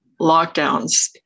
lockdowns